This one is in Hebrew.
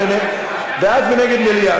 בעד ונגד מליאה.